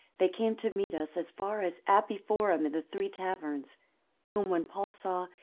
they came to meet us as far as appii forum, and the three taverns whom when paul saw,